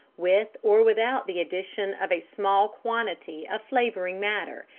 with or without the addition of a small quantity of flavouring matter,